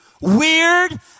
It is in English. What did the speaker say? weird